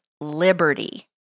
liberty